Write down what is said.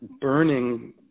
burning